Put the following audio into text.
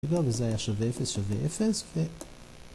‫אגב, זה היה שווה 0 שווה 0, ספק.